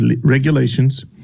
regulations